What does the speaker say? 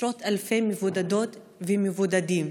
ועשרות אלפי מבודדות ומבודדים.